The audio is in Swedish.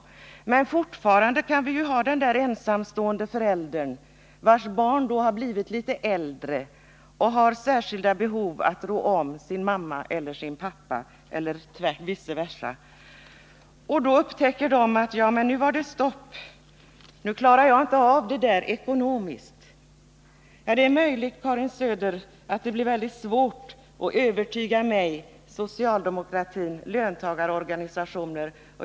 Men fortfarande finns den ensamstående föräldern, vars barn då har blivit litet äldre och har särskilda behov av att rå om sin mamma eller pappa. Den ensamstående föräldern upptäcker då att den ekonomiskt inte klarar av en förlängd ledighet. Det är troligt, Karin Söder, att det blir mycket svårt att övertyga mig, socialdemokratin och löntagarorganisationerna.